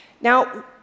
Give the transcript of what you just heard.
Now